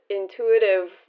intuitive